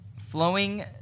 Flowing